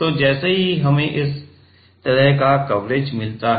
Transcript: तो जैसे कि हमें इस तरह का कवरेज मिलता है